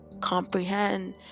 comprehend